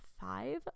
five